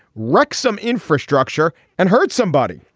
wrecks some infrastructure and hurt somebody.